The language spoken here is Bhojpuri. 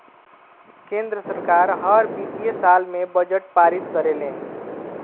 केंद्र सरकार हर वित्तीय साल में बजट पारित करेले